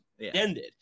ended